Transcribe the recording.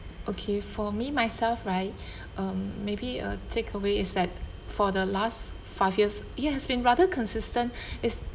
okay for me myself right um maybe a takeaway is that for the last five years it has been rather consistent is